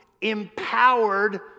empowered